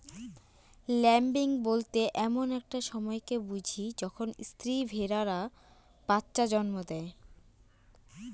lambing বলতে এমন একটা সময়কে বুঝি যখন স্ত্রী ভেড়ারা বাচ্চা জন্ম দেয়